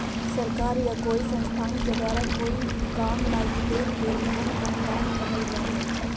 सरकार या कोई संस्थान के द्वारा कोई काम लगी देल गेल धन अनुदान कहल जा हई